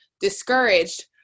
discouraged